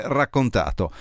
raccontato